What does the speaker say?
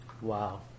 Wow